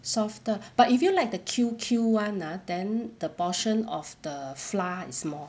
softer but if you like the Q Q [one] ah then the portion of the flour is more